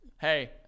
Hey